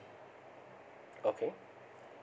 okay